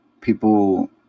people